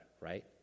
right